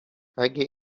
اگه